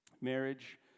marriage